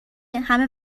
همه